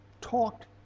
talked